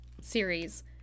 series